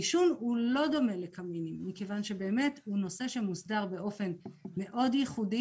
העישון לא דומה לקמינים מכיוון שהוא נושא שמוסדר באופן ייחודי.